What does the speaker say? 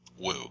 Woo